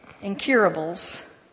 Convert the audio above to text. incurables